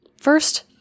First